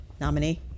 nominee